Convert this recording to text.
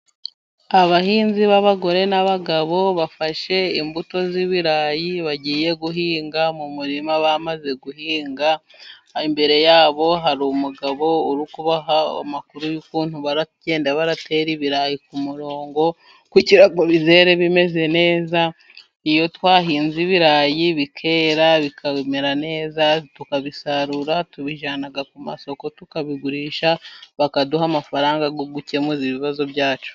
Abahinzi b'abagore n'abagabo, bafashe imbuto z'ibirayi bagiye guhinga mu murima bamaze guhinga, imbere yabo hari umugabo uri kubaha amakuru y'ukuntu baragenda batera ibirayi ku murongo, kugira ngo bizere bimeze neza. Iyo twahinze ibirayi bikera bikamera neza tukabisarura, tubijyana ku masoko tukabigurisha bakaduha amafaranga yo gukemuza ibibazo byacu.